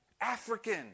African